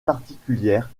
particulières